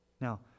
Now